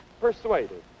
persuaded